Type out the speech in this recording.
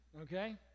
okay